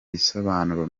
bisobanuro